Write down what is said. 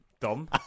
Dom